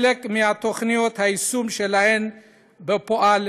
חלק מהתוכניות, היישום שלהן בפועל